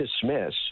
dismiss